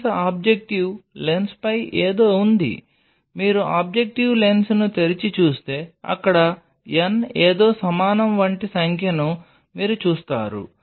lens objective లెన్స్పై ఏదో ఉంది మీరు ఆబ్జెక్టివ్ లెన్స్ను తెరిచి చూస్తే అక్కడ n ఏదో సమానం వంటి సంఖ్యను మీరు చూస్తారు